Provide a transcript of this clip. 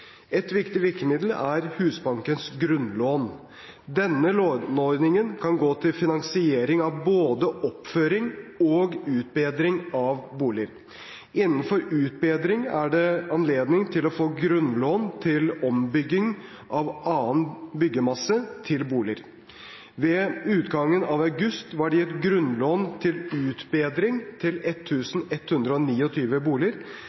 Et viktig virkemiddel er Husbankens grunnlån. Denne låneordningen kan gå til finansiering av både oppføring og utbedring av boliger. Innenfor utbedring er det anledning til å få grunnlån til ombygging av annen bygningsmasse til boliger. Ved utgangen av august var det gitt grunnlån til utbedring